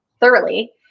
thoroughly